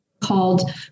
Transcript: called